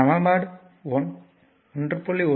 சமன்பாடு 1